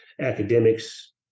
academics